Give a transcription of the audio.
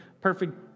perfect